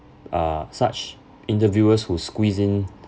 uh such interviewers who squeeze in